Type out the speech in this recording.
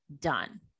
done